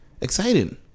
exciting